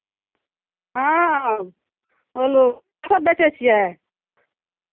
हँ बोलू कीसभ बेचै छियै